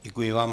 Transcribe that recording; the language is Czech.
Děkuji vám.